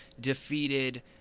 defeated